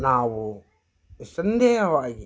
ನಾವು ನಿಸ್ಸಂದೇಹವಾಗಿ